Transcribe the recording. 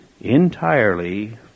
entirely